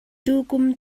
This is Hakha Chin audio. tukum